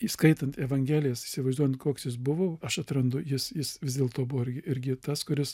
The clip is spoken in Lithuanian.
įskaitant evangelijas įsivaizduojant koks jis buvo aš atrandu jis jis vis dėlto buvo irgi irgi tas kuris